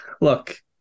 Look